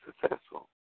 successful